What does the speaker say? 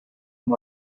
amb